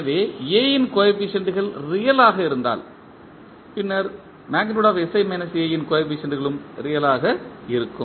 எனவே A இன் கோஎபிசியன்ட்கள் ரியலாக இருந்தால் பின்னர் இன் கோஎபிசியன்ட்களும் ரியலாக இருக்கும்